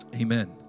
Amen